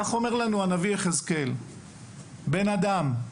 כך אומר לנו הנביא יחזקאל (פרק לד): ״בן אדם,